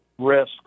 risk